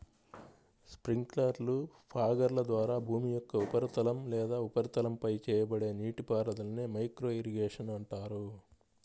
స్ప్రింక్లర్లు, ఫాగర్ల ద్వారా భూమి యొక్క ఉపరితలం లేదా ఉపరితలంపై చేయబడే నీటిపారుదలనే మైక్రో ఇరిగేషన్ అంటారు